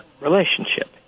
relationship